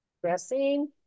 dressing